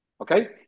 okay